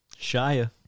Shia